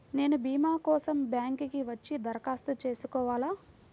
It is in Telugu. నేను భీమా కోసం బ్యాంక్కి వచ్చి దరఖాస్తు చేసుకోవాలా?